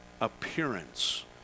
appearance